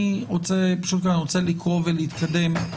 אני רוצה לקרוא ולהתקדם.